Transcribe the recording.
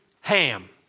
Ham